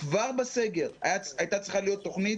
כבר בסגר הייתה צריכה להיות תוכנית.